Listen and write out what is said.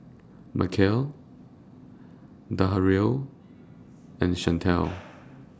Mykel Darrell and Shantell